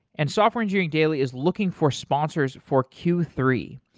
and software engineering daily is looking for sponsors for q three.